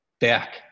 Back